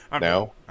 now